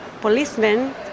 policemen